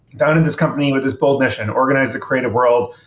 down in this company with this bold mission. organize a creative world.